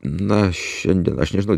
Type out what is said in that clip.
na šiandien aš nežinau